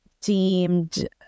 deemed